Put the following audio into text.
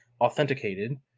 authenticated